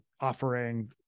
offering